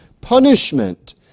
punishment